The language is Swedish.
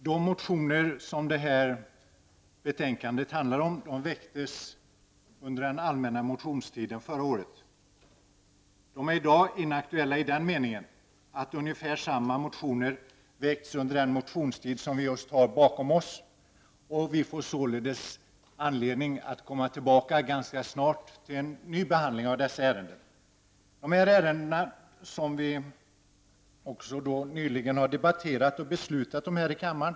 Herr talman! De motioner som detta betänkande behandlar väcktes under den allmänna motionstiden förra året. De är i dag inaktuella så till vida att ungefär samma motioner har väckts under den motionstid som vi just har lämnat bakom oss. Vi får således ganska snart anledning att åaterkomma till en ny behandling av dessa ärenden. Vissa av ärendena har vi nyligen debatterat och beslutat om här i kammaren.